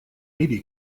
medi